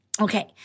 Okay